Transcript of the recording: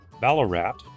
Ballarat